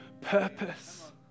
purpose